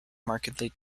markedly